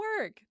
work